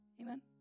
Amen